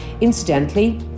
Incidentally